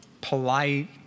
polite